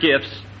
gifts